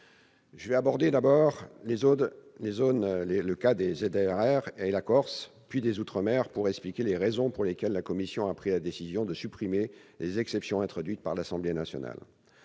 Je vais aborder successivement les cas des ZRR et de la Corse puis des outre-mer, afin d'expliquer les raisons pour lesquelles la commission a pris la décision de supprimer les exceptions introduites par l'Assemblée nationale.